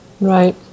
Right